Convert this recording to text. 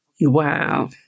Wow